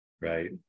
right